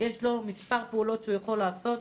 יש לו מספר פעולות שהוא יכול לעשות: